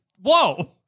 Whoa